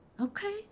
Okay